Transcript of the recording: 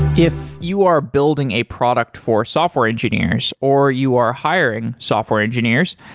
if you are building a product for software engineers or you are hiring software engineers,